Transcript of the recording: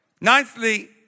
Ninthly